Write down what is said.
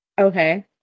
Okay